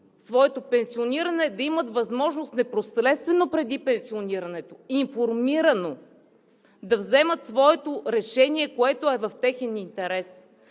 своето пенсиониране, а да имат възможност непосредствено преди пенсионирането информирано да вземат своето решение, което е в техен интерес.